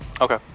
Okay